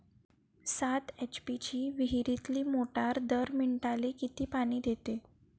सात एच.पी ची विहिरीतली मोटार दर मिनटाले किती पानी देते?